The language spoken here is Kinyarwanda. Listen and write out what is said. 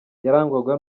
yarangwaga